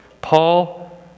Paul